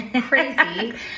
crazy